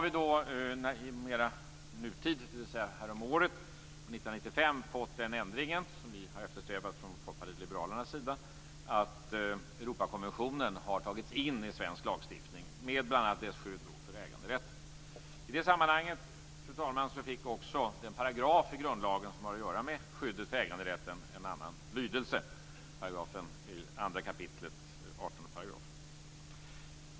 I nutid, dvs. häromåret - 1995 - har vi fått den ändringen att Europakonventionen med dess skydd för äganderätten har tagits in i svensk lagstiftning. Det har vi eftersträvat från Folkpartiet liberalernas sida. I det sammanhanget, fru talman, fick också den paragraf i grundlagen som har att göra med skyddet för äganderätten en annan lydelse. Det är andra kapitlets artonde paragraf.